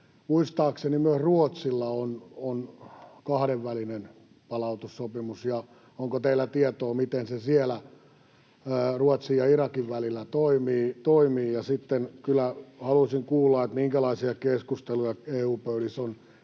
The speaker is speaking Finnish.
Muistaakseni myös Ruotsilla on kahdenvälinen palautussopimus. Onko teillä tietoa, miten se Ruotsin ja Irakin välillä toimii? Sitten kyllä haluaisin kuulla, minkälaisia keskusteluja EU-pöydissä on